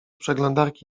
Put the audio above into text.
przeglądarki